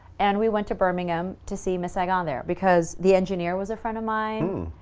and we went to birmingham to see miss saigon there because the engineer was a friend of mine.